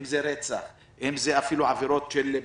אם זה רצח ואם זה אפילו עבירות ביטחון,